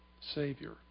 Savior